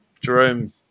Jerome